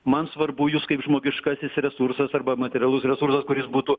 man svarbu jūs kaip žmogiškasis resursas arba materialus resursas kuris būtų